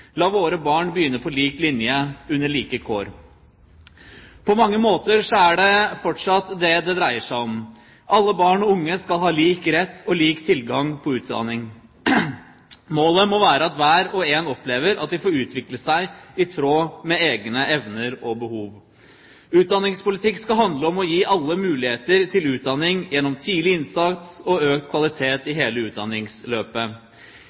La vore barn begynde på like linje og under like kaar!» På mange måter er det fortsatt det det dreier seg om: Alle barn og unge skal ha lik rett og lik tilgang til utdanning. Målet må være at hver og en opplever at de får utvikle seg i tråd med egne evner og behov. Utdanningspolitikk skal handle om å gi alle muligheter til utdanning gjennom tidlig innsats og økt kvalitet